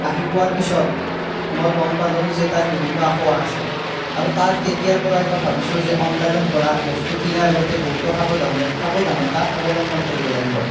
আহি পোৱাৰ পিছত মই গম পালোঁ যে তাত বিভিন্ন আঁসোৱাহ আছে আৰু তাৰ তেতিয়াৰেপৰাই মই ভাবিছোঁ যে অনলাইনৰ পৰা বস্তু কিনাৰ আগতে বহুতো সাৱধানতা অৱলম্বন কৰিব লাগিব